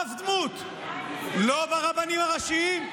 לא ברבנים הראשיים,